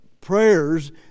prayers